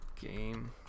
game